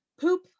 poop